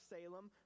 Salem